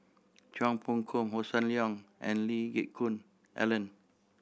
Chua Phung Kim Hossan Leong and Lee Geck Hoon Ellen